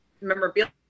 memorabilia